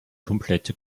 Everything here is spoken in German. komplette